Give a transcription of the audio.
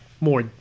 more